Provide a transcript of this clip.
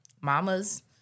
mamas